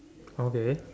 okay